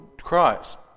Christ